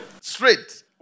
Straight